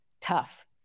tough